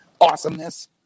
awesomeness